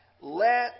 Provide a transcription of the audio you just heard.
Let